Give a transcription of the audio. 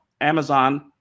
Amazon